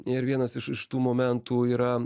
ir vienas iš iš tų momentų yra